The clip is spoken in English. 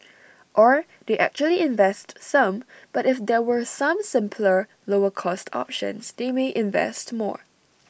or they actually invest some but if there were some simpler lower cost options they may invest more